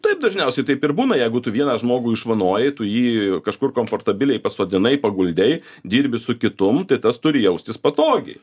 taip dažniausiai taip ir būna jeigu tu vieną žmogų išvanojai tu jį kažkur komfortabiliai pasodinai paguldei dirbi su kitum tai tas turi jaustis patogiai